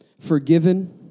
forgiven